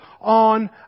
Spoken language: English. on